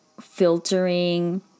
filtering